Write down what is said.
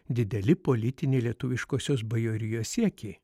dideli politiniai lietuviškosios bajorijos siekiai